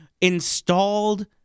installed